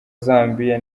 zambiya